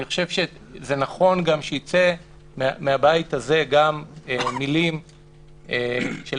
אני חושב שזה נכון שיצאו מהבית הזה גם מילים של